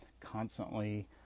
constantly